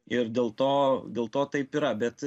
ir dėl to dėl to taip yra bet